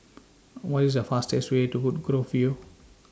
What IS The fastest Way to Woodgrove View